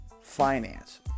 finance